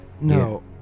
No